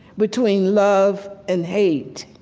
between love and hate.